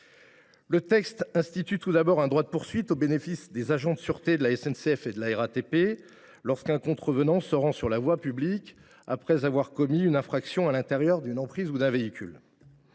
Le texte institue tout d’abord un droit de poursuite au bénéfice des agents de sûreté de la SNCF et de la RATP lorsqu’un contrevenant se rend sur la voie publique après avoir commis une infraction à l’intérieur d’une emprise ou d’un véhicule.